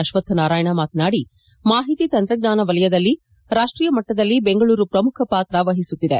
ಅಶ್ವಥ್ ನಾರಾಯಣ ಮಾತನಾದಿ ಮಾಹಿತಿ ತಂತ್ರಜ್ಞಾನ ವಲಯದಲ್ಲಿ ರಾಷ್ಟೀಯ ಮಟ್ಟದಲ್ಲಿ ಬೆಂಗಳೂರು ಪ್ರಮುಖ ಪಾತ್ರ ವಹಿಸುತ್ತಿದೆ